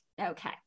okay